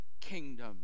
kingdom